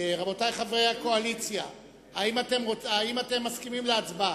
רבותי חברי הקואליציה, האם אתם מסכימים להצבעה?